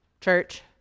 church